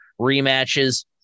rematches